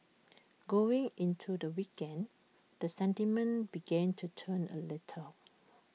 going into the weekend the sentiment began to turn A little